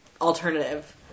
alternative